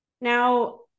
Now